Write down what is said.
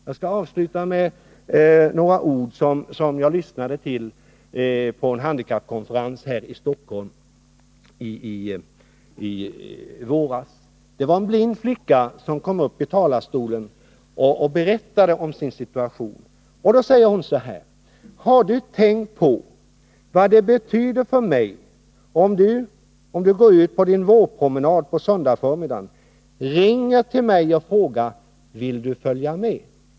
Jag skall avsluta mitt anförande med några ord som jag lyssnade till på en handikappkonferens här i Stockholm i våras. Det var en blind flicka som kom upp i talarstolen och berättade om sin situation. Hon sade så här: Har du tänkt på vad det betyder för mig om du, när du skall gå ut på din vårpromenad på söndagsförmiddagen, ringer till mig och frågar — vill du följa med?